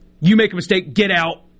you-make-a-mistake-get-out